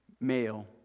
male